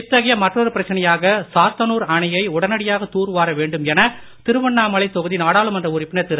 இத்தகைய மற்றொரு பிரச்சனையாக சாத்தனூர் அணையை உடனடியாக தூர் வார வேண்டும் என திருவண்ணாமலை தொகுதி நாடாளுமன்ற உறுப்பினர் திரு